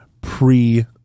pre